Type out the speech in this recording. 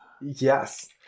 Yes